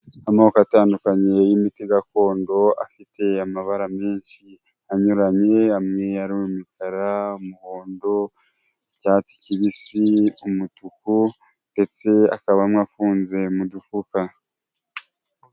Amoko atandukanye y'imiti gakondo afite amabara menshi anyuranye, amwe ari imikara, umuhondo, icyatsi kibisi, umutuku ndetse akaba amwe afunze mu dufuka.